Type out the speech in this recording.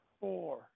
four